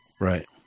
Right